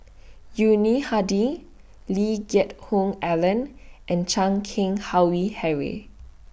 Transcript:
Yuni Hadi Lee Geck Hoon Ellen and Chan Keng Howe Harry